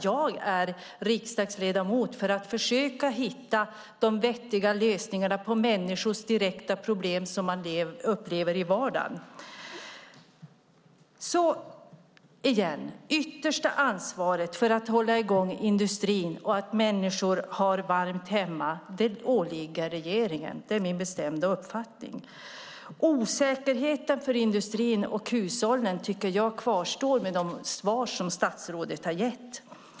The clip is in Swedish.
Jag är riksdagsledamot för att försöka hitta vettiga lösningar på människors direkta problem i vardagen. Yttersta ansvaret för att hålla i gång industrin och att människor har varmt hemma åligger regeringen. Det är min bestämda uppfattning. Osäkerheten för industrin och hushållen kvarstår med de svar som statsrådet har gett.